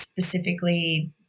specifically